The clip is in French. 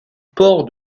port